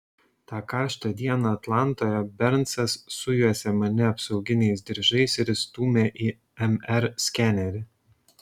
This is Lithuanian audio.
tą karštą dieną atlantoje bernsas sujuosė mane apsauginiais diržais ir įstūmė į mr skenerį